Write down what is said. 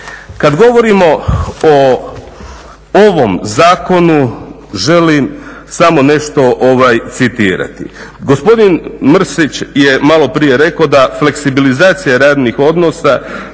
Kad govorimo o ovom zakonu želim samo nešto citirati. Gospodin Mrsić je malo prije rekao da fleksibilizacija radnih odnosa